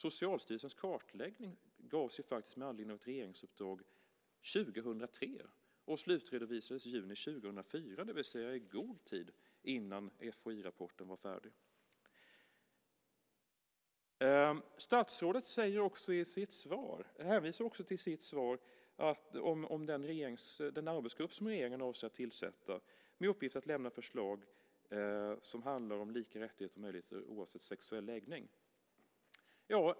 Socialstyrelsens kartläggning gavs ju faktiskt med anledning av ett regeringsuppdrag 2003 och slutredovisades juni 2004, det vill säga i god tid innan FHI-rapporten var färdig. Statsrådet hänvisar också i sitt svar till den arbetsgrupp som regeringen avser att tillsätta med uppgift att lämna förslag som handlar om lika rättigheter och möjligheter oavsett sexuell läggning.